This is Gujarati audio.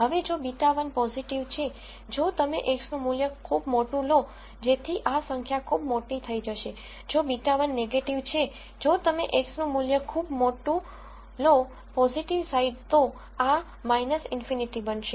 હવે જો β1 પોઝીટીવ છે જો તમે x નું મૂલ્ય ખૂબ મોટું મૂલ્ય લો જેથી આ સંખ્યા ખૂબ મોટી થઈ જશે જો β1 નેગેટીવ છે જો તમે x નું મૂલ્ય ખૂબ મોટું લો પોઝીટીવ સાઈડ તો આ ∞ બનશે